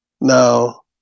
Now